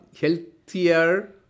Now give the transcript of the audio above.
healthier